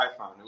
iPhone